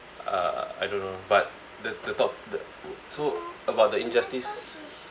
uh I don't know but the the top the so about the injustice